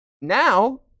Now